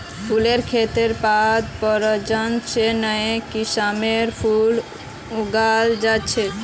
फुलेर खेतत पादप प्रजनन स नया किस्मेर फूल उगाल जा छेक